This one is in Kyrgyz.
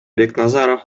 бекназаров